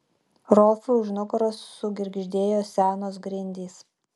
rolfui už nugaros sugirgždėjo senos grindys